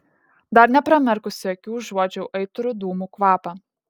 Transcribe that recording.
dar nepramerkusi akių užuodžiau aitrų dūmų kvapą